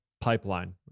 pipeline